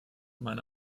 meine